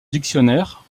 dictionnaire